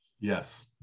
Yes